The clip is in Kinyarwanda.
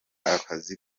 akazi